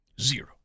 Zero